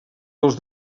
dels